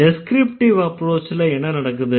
descriptive அப்ரோச்ல என்ன நடக்குது